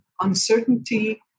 uncertainty